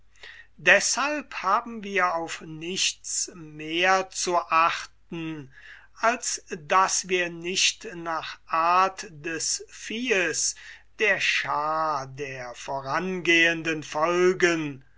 deshalb haben wir auf nichts mehr zu achten als daß wir nicht nach art des viehes der schaar der vorangehenden folgen